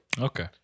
Okay